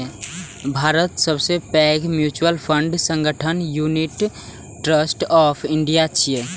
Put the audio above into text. भारतक सबसं पैघ म्यूचुअल फंड संगठन यूनिट ट्रस्ट ऑफ इंडिया छियै